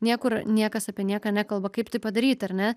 niekur niekas apie nieką nekalba kaip tai padaryt ar ne